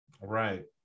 right